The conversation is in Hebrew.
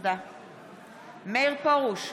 מאיר פרוש,